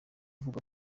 uvuga